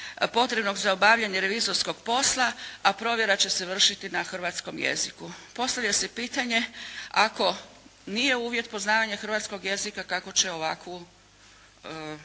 potrebnog za obavljanje revizorskog posla, a provjera će se vršit na hrvatskom jeziku. Postavlja se pitanje, ako nije uvjet poznavanje hrvatskog jezika kako će ovakvo